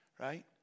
right